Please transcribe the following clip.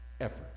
effort